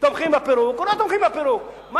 תומכים בפירוק או לא תומכים בפירוק.